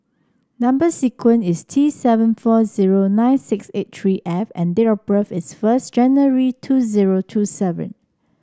number sequence is T seven four zero nine six eight three F and date of birth is first January two zero two seven